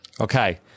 Okay